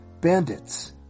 bandits